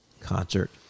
concert